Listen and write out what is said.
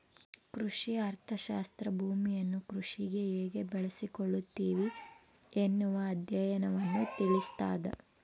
ಕೃಷಿ ಅರ್ಥಶಾಸ್ತ್ರ ಭೂಮಿಯನ್ನು ಕೃಷಿಗೆ ಹೇಗೆ ಬಳಸಿಕೊಳ್ಳುತ್ತಿವಿ ಎನ್ನುವ ಅಧ್ಯಯನವನ್ನು ತಿಳಿಸ್ತಾದ